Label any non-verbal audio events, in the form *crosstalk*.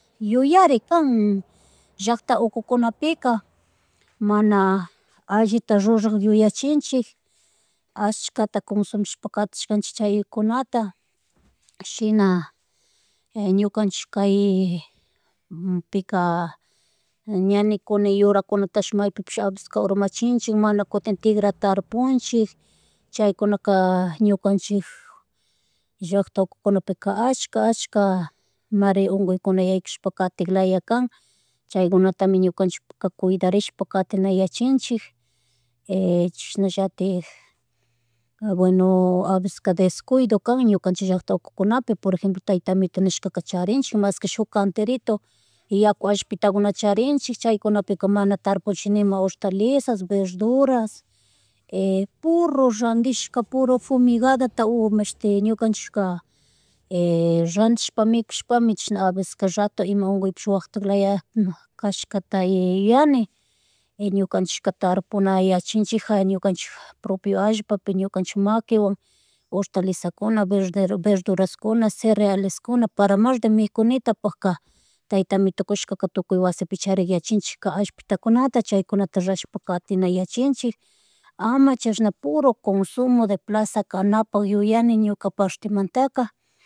Yuyarikpan llackta ukukunapika *noise* mana allita rurak yuyakchinchin *noise* ashkata kunsumishpa katishkanchik chaykunata *hesitation* shina, *noise* ñukanchik kay *hesitation* *unintelligible* ña nikuni yurakunatashita maypikapipish a veces ka urmachinchik mana kutin tikra tarpunchik, *noise* chaykunaka ñukanchik *noise* llackta ukunapika ashka, ashka *noise* mare unkuykuna yaykushpa katiklayakan *noise* chaykunatami ñukanchikpaka kuydarishpa katinayanchik *noise* *hesitation* chashnallatik, bueno a veces, descuido kan ñukanchik llackta ukukunapi, por ejemplo, tayta amitu nishkaka charinchikmi mashki shunk kanterito, yaku ashpitakunata charinchik chaykunapika mana tarpunsh nima hortalizas, verduras, *noise* *hesitation* puro randishka, puro fumigadata, *unintelligible* mashti ñukanchika *hesitation* *hesitation* radishpa mikushpami chashna a veces rato ima unkuypish waktaklaya *unintelligible* kashkata yuyani, y ñukanchika tarpunayachinchikja, ñukanchik propio allpapi, ñukanchik maquiwan *noise* hortaliza kuna, ver- verduras kuna, cereales kuna, para mas de mikunanitapaka tayta amitokushkaka tukuy wasipi chariyachinchika allpitakunata, chaykunata rashpa, katina yachinchik *noise* ama chashna puro consumo de plaza kanapak yuyani ñuka partemantaka *noise*